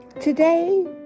Today